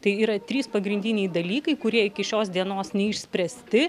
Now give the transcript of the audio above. tai yra trys pagrindiniai dalykai kurie iki šios dienos neišspręsti